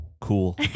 Cool